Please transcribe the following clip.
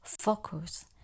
Focus